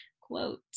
quote